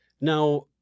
Now